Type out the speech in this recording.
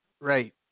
right